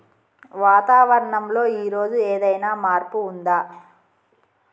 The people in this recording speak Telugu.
వాతావరణం లో ఈ రోజు ఏదైనా మార్పు ఉందా?